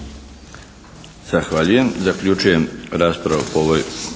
Zahvaljujem. Zaključujem raspravu